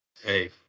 Hey